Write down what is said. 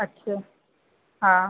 अछा हा